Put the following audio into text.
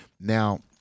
Now